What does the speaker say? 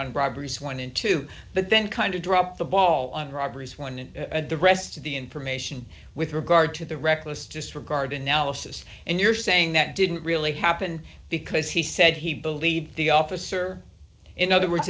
sworn into but then kind of dropped the ball on robberies when an address to the information with regard to the reckless disregard analysis and you're saying that didn't really happen because he said he believed the officer in other words